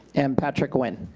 and patrick wynn.